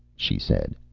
she said,